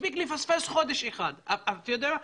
מספיק לפספס חודש אחד אתה יודע מה?